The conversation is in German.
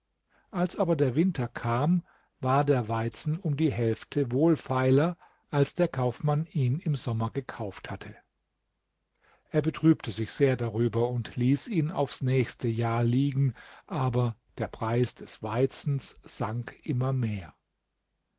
als aber der winter kam war der weizen um die hälfte wohlfeiler als der kaufmann ihn im sommer gekauft hatte er betrübte sich sehr darüber und ließ ihn aufs nächste jahr liegen aber der preis des weizens sank immer mehr